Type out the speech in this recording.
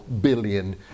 billion